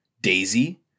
Daisy